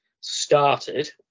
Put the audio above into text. started